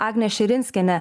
agnė širinskienė